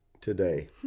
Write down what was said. today